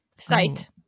Sight